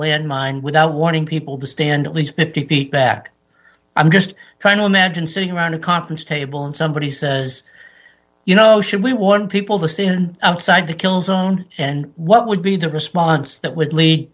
landmine without warning people to stand at least fifty feet back i'm just trying to imagine sitting around a conference table and somebody says you know should we want people to see him outside the kill zone and what would be the response that would lead